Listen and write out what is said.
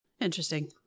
Interesting